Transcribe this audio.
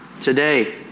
today